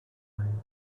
line